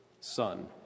Son